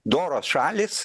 doros šalys